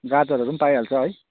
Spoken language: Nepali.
गाजरहरू पनि पाइहाल्छ है